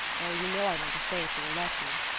oh! you know i want to stay if you will let me!